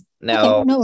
Now